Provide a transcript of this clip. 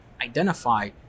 identify